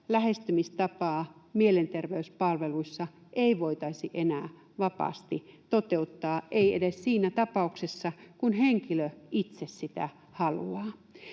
lähestymistapaa mielenterveyspalveluissa ei voitaisi enää vapaasti toteuttaa, ei edes siinä tapauksessa, kun henkilö itse sitä haluaa.